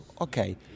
okay